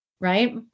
right